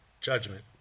judgment